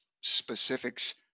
specifics